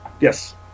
yes